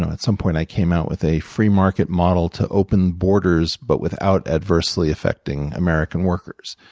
at some point, i came out with a free market model to open the borders, but without adversely affecting american workers.